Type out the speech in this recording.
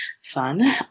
fun